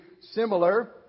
similar